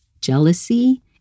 jealousy